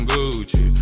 Gucci